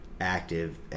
active